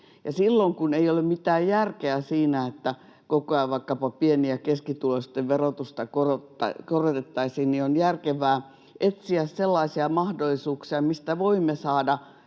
Silloin kun ei ole mitään järkeä siinä, että koko ajan vaikkapa pieni- ja keskituloisten verotusta korotettaisiin, on järkevää etsiä sellaisia mahdollisuuksia, mistä voimme saada